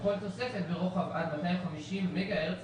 לכל תוספת ברוחב עד 250 מגה-הרץ,